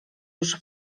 już